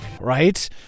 right